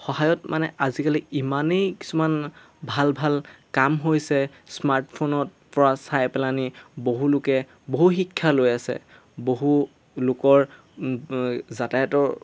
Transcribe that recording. সহায়ত মানে আজিকালি ইমানেই কিছুমান ভাল ভাল কাম হৈছে স্মাৰ্টফোনত পৰা চাই পেলাই নি বহুলোকে বহু শিক্ষা লৈ আছে বহু লোকৰ যাতায়াতৰ